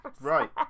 Right